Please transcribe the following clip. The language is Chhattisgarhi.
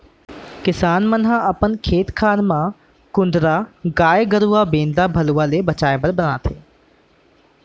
किसान मन ह अपन खेत खार म कुंदरा गाय गरूवा बेंदरा भलुवा ले बचाय बर बनाथे